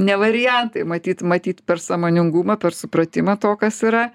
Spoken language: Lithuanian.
ne variantai matyt matyt per sąmoningumą per supratimą to kas yra